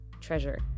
treasure